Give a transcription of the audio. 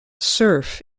surf